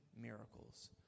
miracles